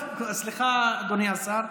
סליחה, אדוני השר.